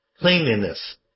cleanliness